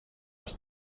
les